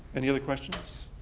any other questions?